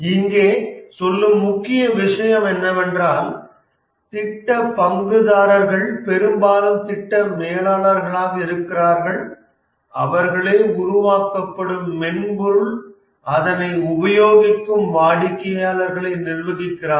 இங்கே சொல்லும் முக்கிய விஷயம் என்னவென்றால் திட்ட பங்குதாரர்கள்தான் பெரும்பாலும் திட்ட மேலாளராக இருக்கிறார்கள் அவர்களே உருவாக்கப்படும் மென்பொருள் அதனை உபயோகிக்கும் வாடிக்கையாளர்களை நிர்வகிக்கிறார்கள்